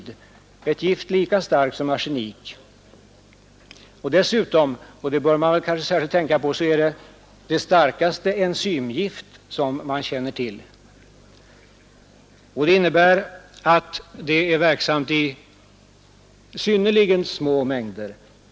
Det måste alltså räknas som en biocid. Dessutom — och det bör man också tänka på — är fluor det starkaste enzymgift vi känner till, vilket innebär att det är verksamt i mycket små mängder.